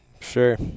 Sure